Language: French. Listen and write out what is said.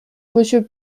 monsieur